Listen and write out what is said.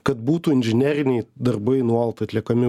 kad būtų inžineriniai darbai nuolat atliekami